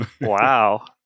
Wow